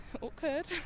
awkward